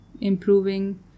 improving